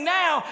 now